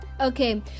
Okay